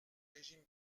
régime